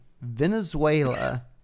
Venezuela